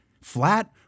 flat